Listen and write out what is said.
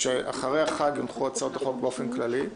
שאחרי החג יונחו הצעות החוק באופן כללי.